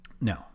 No